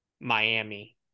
Miami